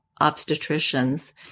Obstetricians